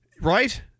Right